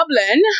Dublin